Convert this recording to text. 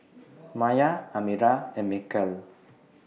Maya Amirah and Mikhail